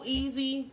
easy